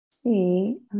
See